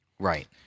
Right